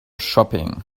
shopping